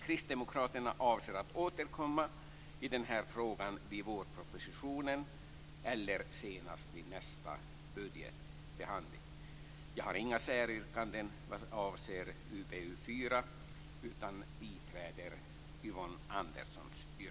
Kristdemokraterna avser att återkomma i denna fråga vid behandlingen av vårpropositionen eller senast vid nästa budgetbehandling. Jag har inga säryrkanden vad avser UbU4, utan biträder